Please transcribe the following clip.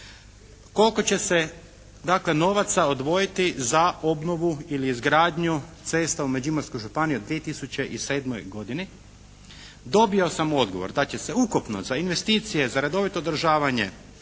koliko će se dakle novaca odvojiti za obnovu ili izgradnju cesta u Međimurskoj županiji u 2007. godini. Dobio sam odgovor da će se ukupno za investicije, za redovito održavanje,